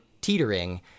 teetering